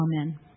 Amen